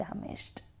damaged